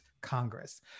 Congress